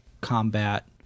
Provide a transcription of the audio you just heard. combat